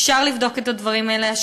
אפשר לבדוק את הדברים האלה.